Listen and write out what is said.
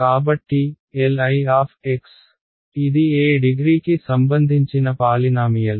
కాబట్టి Li ఇది ఏ డిగ్రీకి సంబంధించిన పాలినామియల్